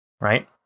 right